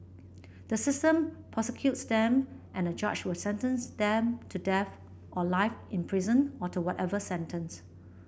the system prosecutes them and a judge will sentence them to death or life in prison or to whatever sentence